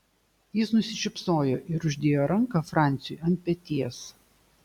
jis nusišypsojo ir uždėjo ranką franciui ant peties